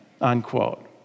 unquote